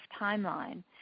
timeline